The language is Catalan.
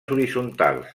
horitzontals